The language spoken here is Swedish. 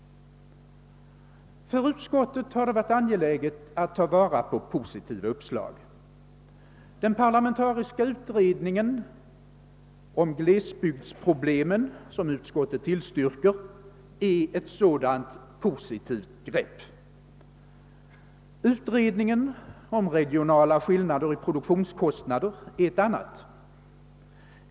För utskottet har det varit angeläget att ta vara på positiva uppslag. Den parlamentariska utredningen om glesbygdsproblemen som utskottet tillstyrker är ett sådant positivt grepp. Utredningen om regionala skillnader i produktionskostnader är ett annat.